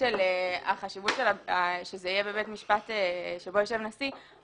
תתייחס לחשיבות שזה יהיה בבית משפט שבו יושב נשיא.